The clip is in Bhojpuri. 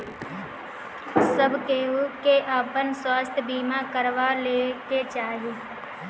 सब केहू के आपन स्वास्थ्य बीमा करवा लेवे के चाही